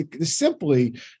Simply